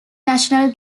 national